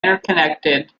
interconnected